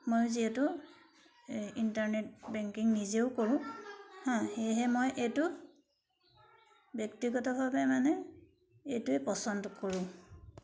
মই যিহেতু এই ইণ্টাৰনেট বেংকিং নিজেও কৰোঁ হাঁ সেয়েহে মই এইটো ব্যক্তিগতভাৱে মানে এইটোৱেই পচন্দ কৰোঁ